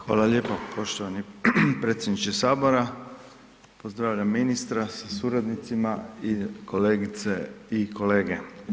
Hvala lijepo poštovani predsjedniče sabora, pozdravljam ministra sa suradnicima i kolegice i kolege.